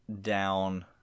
down